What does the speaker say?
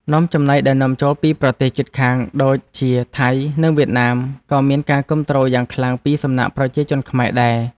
នំចំណីដែលនាំចូលពីប្រទេសជិតខាងដូចជាថៃនិងវៀតណាមក៏មានការគាំទ្រយ៉ាងខ្លាំងពីសំណាក់ប្រជាជនខ្មែរដែរ។